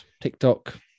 TikTok